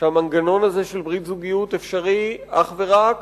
שהמנגנון של ברית זוגיות אפשרי אך ורק,